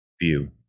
view